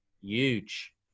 huge